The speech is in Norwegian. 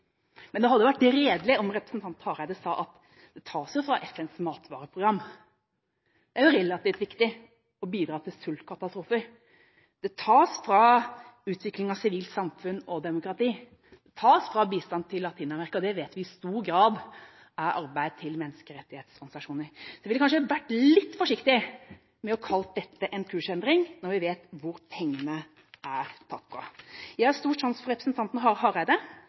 men det hadde vært redelig om representanten Hareide sa at dette tas fra FNs matvareprogram. Det er jo relativt viktig å bidra i forbindelse med sultkatastrofer. Det tas fra utvikling av sivilt samfunn og demokrati, det tas fra bistand til Latin-Amerika, og det vet vi i stor grad er arbeid til menneskerettighetsorganisasjoner. Jeg ville kanskje vært litt forsiktig med å kalle dette en kursendring – når vi vet hvor pengene er tatt fra. Jeg har stor sans for representanten Hareide.